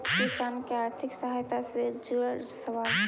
किसान के आर्थिक सहायता से जुड़ल सवाल?